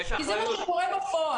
כי זה מה שקורה בפועל.